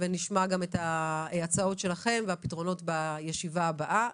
ונשמע גם את ההצעות שלכם והפתרונות בישיבה הבאה.